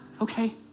okay